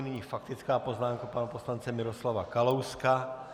Nyní faktická poznámka pana poslance Miroslava Kalouska.